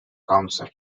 council